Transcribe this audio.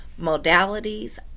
modalities